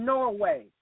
Norway